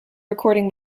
recording